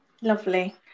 Lovely